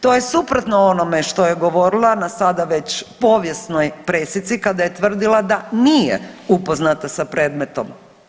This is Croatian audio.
To je suprotno onome što je govorila na sada već povijesnoj presici kada je tvrdila da nije upoznata sa predmetom.